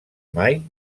mai